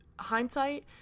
hindsight